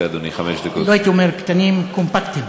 לא הייתי אומר קטנים, קומפקטיים.